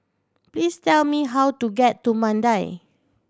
please tell me how to get to Mandai